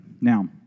Now